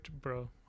bro